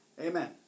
Amen